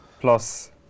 plus